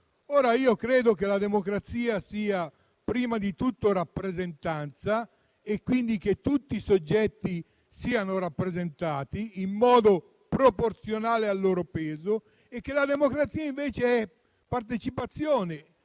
ma io credo che la democrazia sia prima di tutto rappresentanza, e quindi richiede che tutti i soggetti siano rappresentati in modo proporzionale al loro peso. Ritengo che la democrazia sia, invece, partecipazione,